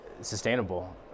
sustainable